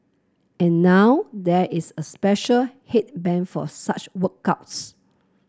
and now there is a special headband for such workouts